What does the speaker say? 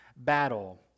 battle